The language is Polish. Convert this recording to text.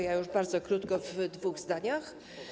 Ja już bardzo krótko, w dwóch zdaniach.